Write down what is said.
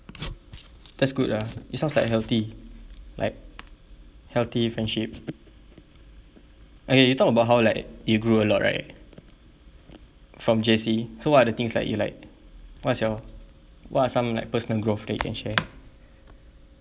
that's good lah it sounds like healthy like healthy friendship okay you talk about how like you grew a lot right from J_C so what are the things that you like what's your what are some like personal growth that you can share